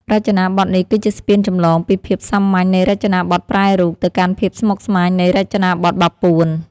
រចនាបថនេះគឺជាស្ពានចម្លងពីភាពសាមញ្ញនៃរចនាបថប្រែរូប ទៅកាន់ភាពស្មុគស្មាញនៃរចនាបថបាពួន។